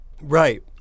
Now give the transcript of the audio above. Right